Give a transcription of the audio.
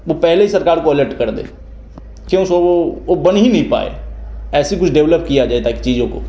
वो पहले ही सरकार को अलर्ट कर दे कयों सो वो ओ बन ही नहीं पाए ऐसे कुछ डेवलप किया जाए ताकि चीज़ों को